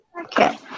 Okay